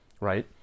right